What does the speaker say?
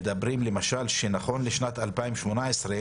מדברים על כך שנכון לשנת 2018,